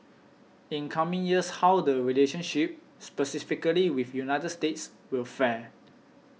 in coming years how the relationship specifically with United States will fare